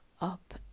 up